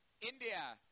India